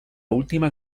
última